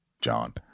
John